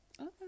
okay